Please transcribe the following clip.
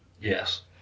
Yes